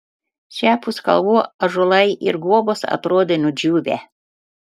šiapus kalvų ąžuolai ir guobos atrodė nudžiūvę